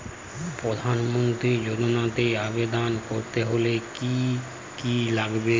প্রধান মন্ত্রী যোজনাতে আবেদন করতে হলে কি কী লাগবে?